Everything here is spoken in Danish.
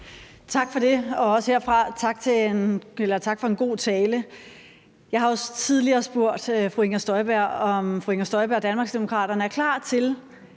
Tak for det, og også herfra tak for en god tale. Jeg har jo tidligere spurgt fru Inger Støjberg, om fru Inger Støjberg og Danmarksdemokraterne er klar til